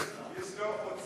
קסניה סבטלובה,